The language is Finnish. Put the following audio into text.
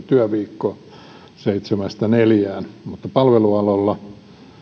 työviikko viitenä päivänä seitsemästä neljään mutta palvelualoilla